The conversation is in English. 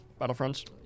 battlefronts